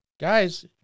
Guys